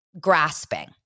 grasping